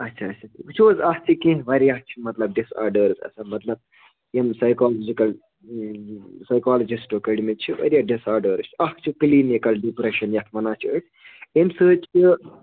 اَچھا اَچھا وُچھو حظ اَتھ چھِ کیٚنٛہہ واریاہ چھِ مطلب ڈِس آرڈٲرٕس آسان مطلب یِم سایکالجِکَل سایکالجِسٹو کٔڈۍمٕتۍ چھِ واریاہ ڈِس آرڈٲرٕس اَکھ چھِ کٕلیٖنِکَل ڈِپرٛیشَن یَتھ وَنان چھِ أسۍ اَمہِ سۭتۍ چھِ